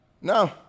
No